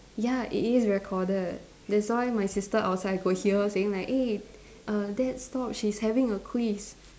ya it is recorded that's why my sister outside I could hear saying like eh err dad stop she's having a quiz